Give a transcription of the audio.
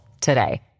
today